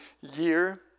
year